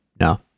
No